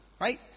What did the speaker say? right